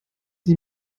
die